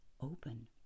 open